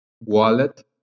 wallet